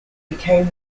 became